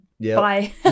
Bye